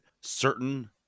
certain